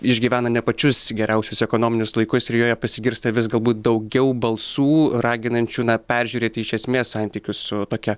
išgyvena ne pačius geriausius ekonominius laikus ir joje pasigirsta vis galbūt daugiau balsų raginančių na peržiūrėti iš esmės santykius su tokia